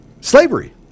Slavery